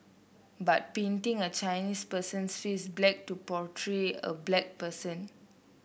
but painting a Chinese person's face black to portray a black person